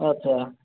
अच्छा